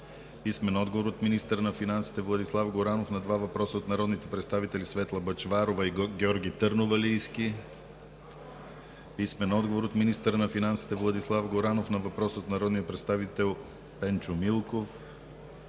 Бъчварова; - министъра на финансите Владислав Горанов на два въпроса от народните представители Светла Бъчварова и Георги Търновалийски; - министъра на финансите Владислав Горанов на въпрос от народния представител Пенчо Милков;